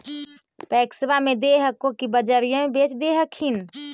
पैक्सबा मे दे हको की बजरिये मे बेच दे हखिन?